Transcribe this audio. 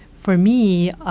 for me,